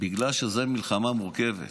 בגלל שזאת מלחמה מורכבת.